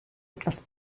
etwas